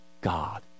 God